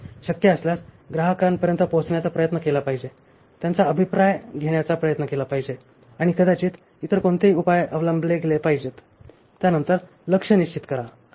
शक्य असल्यास ग्राहकांपर्यंत पोहोचण्याचा प्रयत्न केला पाहिजे आणि त्यांचा अभिप्राय घेण्याचा प्रयत्न केला पाहिजे आणि कदाचित इतर कोणतेही उपाय अवलंबले गेले पाहिजेत आणि त्यानंतर लक्ष्य निश्चित करा